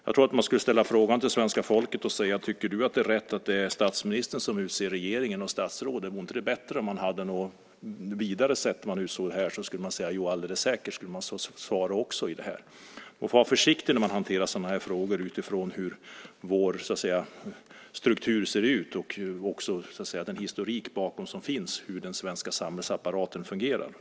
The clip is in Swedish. Man skulle kunna ställa den här frågan till svenska folket: Tycker du att det är rätt att det är statsministern som utser regeringen och statsråden? Vore det inte bättre om man hade något vidare sätt att göra det på? Då skulle folket alldeles säkert svara ja också på det. Man får vara försiktig när man hanterar sådana här frågor utifrån hur vår struktur ser ut och med tanke på den historik som finns bakom hur den svenska samhällsapparaten fungerar.